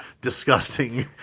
disgusting